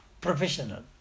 professional